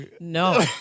No